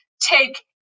take